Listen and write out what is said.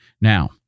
now